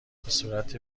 بهصورت